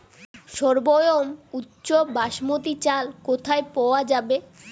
সর্বোওম উচ্চ বাসমতী চাল কোথায় পওয়া যাবে?